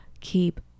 keep